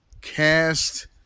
cast